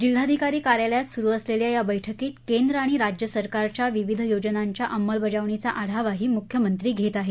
जिल्हाधिकरी कार्यालयात सुरू असलेल्या या बैठकीत केंद्र आणि राज्य सरकारच्या विविध योजनांच्या अंमलबजावणीचा आढावाही मुख्यमंत्री घेत आहेत